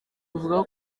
buvuga